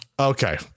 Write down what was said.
Okay